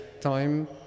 time